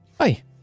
Hi